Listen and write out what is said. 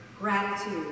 gratitude